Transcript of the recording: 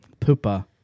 Poopa